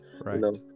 Right